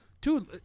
Dude